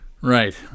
Right